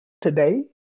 today